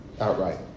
outright